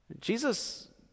Jesus